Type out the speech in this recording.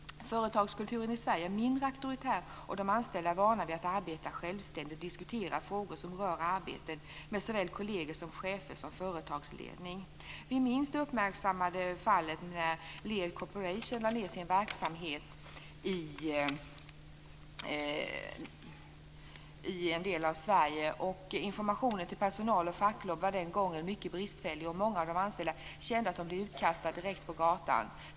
Företagskulturen i Sverige är mindre auktoritär, och de anställda är vana vid att arbeta självständigt och diskutera frågor som rör arbetet med såväl kolleger som chefer och företagsledning. Vi minns det uppmärksammade fallet när Lear Corporation lade ned verksamheten i en del av Sverige. Informationen till personal och fackklubb var den gången mycket bristfällig, och många av de anställda kände att de blev utkastade direkt på gatan.